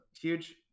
huge